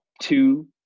two